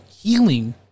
healing